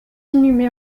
inhumée